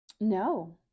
No